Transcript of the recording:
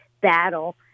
battle